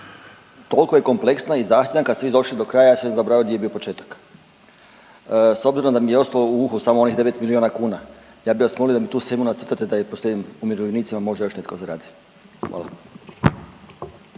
toliko je kompleksna i zahtjevna kad ste vi došli do kraja ja već sam zaboravio gdje je bio početak. S obzirom da mi je ostalo u uhu samo onih devet milijuna kuna, ja bih vas molio da mi tu shemu nacrtate da je proslijedim umirovljenicima možda još netko zaradi. Hvala.